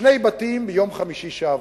שני בתים ביום חמישי שעבר,